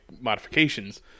modifications